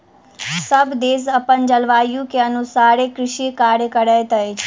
सभ देश अपन जलवायु के अनुसारे कृषि कार्य करैत अछि